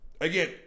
Again